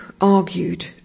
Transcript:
argued